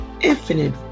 infinite